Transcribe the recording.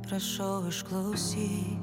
prašau išklausyk